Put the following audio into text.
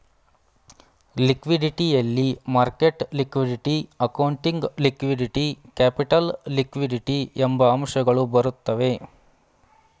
liquidity ಯಲ್ಲಿ market liquidity, accounting liquidity, capital liquidity ಎಂಬ ಅಂಶಗಳು ಬರುತ್ತವೆ